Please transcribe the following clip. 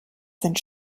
sind